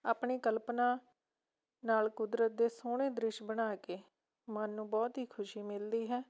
ਆਪਣੀ ਕਲਪਨਾ ਨਾਲ਼ ਕੁਦਰਤ ਦੇ ਸੋਹਣੇ ਦ੍ਰਿਸ਼ ਬਣਾ ਕੇ ਮਨ ਨੂੰ ਬਹੁਤ ਹੀ ਖੁਸ਼ੀ ਮਿਲਦੀ ਹੈ